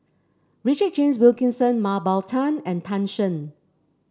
Richard James Wilkinson Mah Bow Tan and Tan Shen